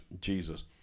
Jesus